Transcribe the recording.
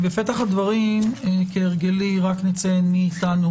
בפתח הדברים כהרגלי נציין מי אתנו